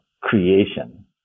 creation